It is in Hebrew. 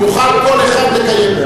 יוכל כל אחד לקיים.